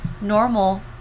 normal